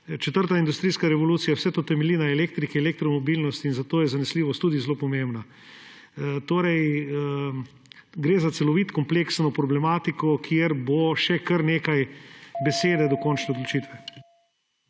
Četrta industrijska revolucija, vse to temelji na elektriki, elektromobilnosti; in zato je zanesljivost tudi zelo pomembna. Gre za celovito, kompleksno problematiko, kjer bo še kar nekaj besed do končne odločitve.